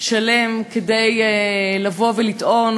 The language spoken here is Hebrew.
שלם כדי לבוא ולטעון,